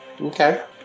Okay